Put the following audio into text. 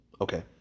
Okay